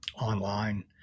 online